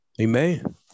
Amen